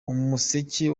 umuseke